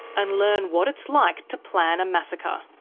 and learn what it's like to plan a massacre.